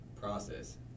process